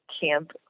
camp